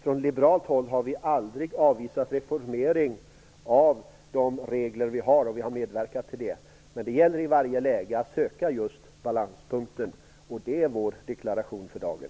Från liberalt håll har vi aldrig avvisat reformering av de regler som gäller - vi har i stället medverkat till det - men det gäller i varje läge att söka just balanspunkten. Det är vår deklaration för dagen.